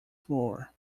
floor